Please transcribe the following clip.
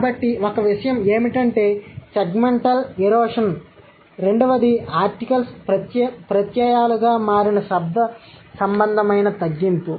కాబట్టి ఒక విషయం ఏమిటంటే సెగ్మెంట్ల్ ఎరోషన్ రెండవది ఆర్టికల్స్ ప్రత్యయాలుగా మారిన శబ్దసంబంధమైన తగ్గింపు